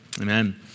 Amen